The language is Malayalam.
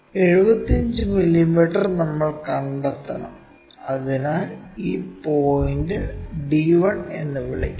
75 മില്ലീമീറ്റർ നമ്മൾ കണ്ടെത്തണം അതിനാൽ ഈ പോയിന്റ് നമുക്ക് d1 എന്ന് വിളിക്കാം